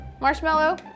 Marshmallow